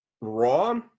Raw